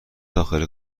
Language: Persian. داخل